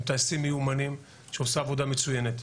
עם טייסים מיומנים שעושים עבודה מצוינת.